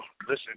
Listen